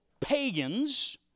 pagans